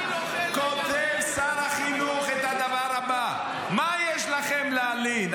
כותב שר החינוך את הדבר הבא: מה יש לכם להלין?